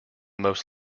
most